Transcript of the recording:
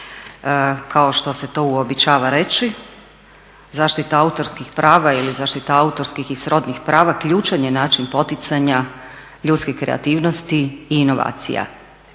Kao što se to uobičava reći zaštita autorskih prava ili zaštita autorskih i srodnih prava ključan je način poticanja ljudske kreativnosti i inovacija